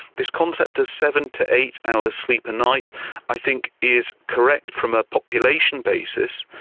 this concept of seven to eight hours sleep a night i think is correct from a population basis,